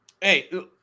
Hey